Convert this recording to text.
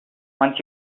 once